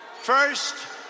First